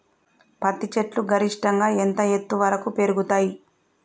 పత్తి చెట్లు గరిష్టంగా ఎంత ఎత్తు వరకు పెరుగుతయ్?